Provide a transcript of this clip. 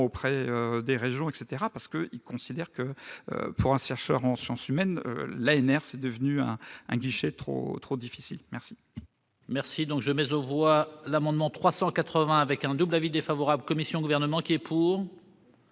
auprès des régions, parce qu'ils considèrent que, pour un chercheur en sciences humaines, l'ANR est devenu un guichet trop difficile d'accès.